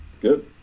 Good